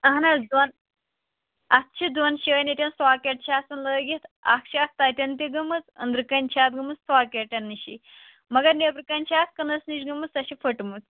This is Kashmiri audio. اہن حظ دۄن اَتھ چھِ دۄن جایَن ییٚتٮ۪ن ساکٮ۪ٹ چھِ آسَن لٲگِتھ اَکھ چھِ اتھ تَتٮ۪ن تہِ گٔمٕژ أنٛدرٕ کَنۍ چھِ اَتھ گٔمٕژ ساکٮ۪ٹَن نِشی مگر نٮ۪برٕ کَنۍ چھِ اَتھ کٕنَس نِش گٔمٕژ سۄ چھِ پھٔٹمٕژ